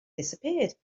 disappeared